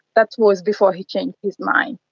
that was before he changed his mind.